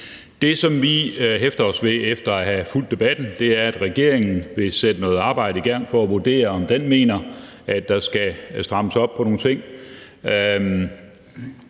Det, som vi hæfter os ved efter at have fulgt debatten, er, at regeringen vil sætte noget arbejde i gang for at vurdere, om den mener, at der skal strammes op på nogle ting.